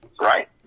right